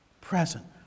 present